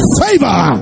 favor